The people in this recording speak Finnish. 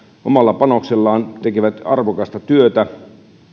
omalla panoksellaan tekevät arvokasta työtä